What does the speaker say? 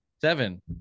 Seven